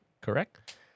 correct